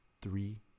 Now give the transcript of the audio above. three